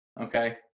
Okay